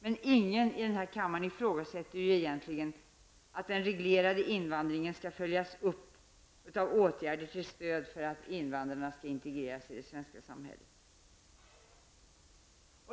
Men ingen i denna kammare i frågasätter egentligen att den reglerade invandringen skall följas upp av åtgärder till stöd för att invandrarna skall kunna integreras i det svenska samhället.